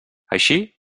així